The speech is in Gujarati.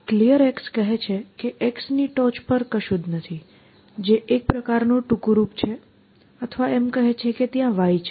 Clear કહે છે કે X ની ટોચ પર કશું જ નથી જે એક પ્રકારનું ટૂંકું રૂપ છે અથવા એમ કહે છે કે ત્યાં Y છે